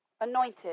Anointed